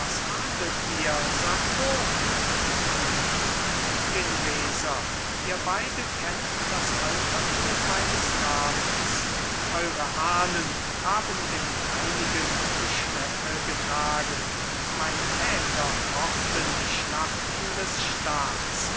verrina genueser ihr beide kennt das altertum meines namens eure ahnen haben den meinigen die schleppe getragen meine väter fochten die schlachten des staats